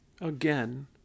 Again